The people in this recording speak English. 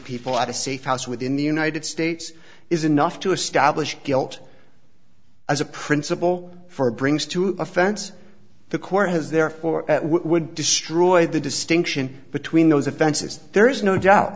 people at a safe house within the united states is enough to establish guilt as a principle for a brings to offense the court has therefore would destroy the distinction between those offenses there is no doubt